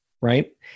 right